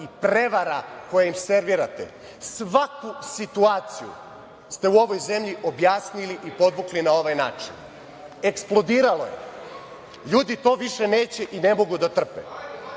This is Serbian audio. i prevara koje im servirate. Svaku situaciju ste u ovoj zemlji objasnili i podvukli na ovaj način. Eksplodiralo je. Ljudi to više neće i ne mogu da